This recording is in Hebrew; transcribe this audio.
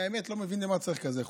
האמת שאני לא מבין למה צריך כזה חוק.